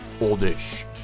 oldish